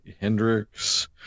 hendrix